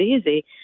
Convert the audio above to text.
easy